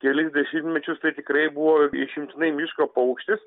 kelis dešimtmečius tai tikrai buvo išimtinai miško paukštis